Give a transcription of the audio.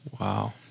Wow